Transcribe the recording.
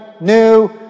new